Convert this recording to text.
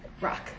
rock